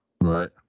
Right